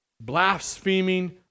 blaspheming